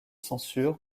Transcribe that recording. censure